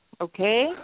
okay